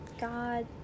God